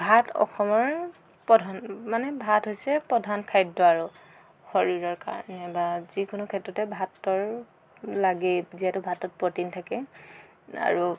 ভাত অসমৰ প্ৰধান মানে ভাত হৈছে প্ৰধান খাদ্য আৰু শৰীৰৰ কাৰণে বা যিকোনো ক্ষেত্ৰতে ভাতটো আৰু লাগেই যিহেতু ভাতত প্ৰটিন থাকে আৰু